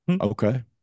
okay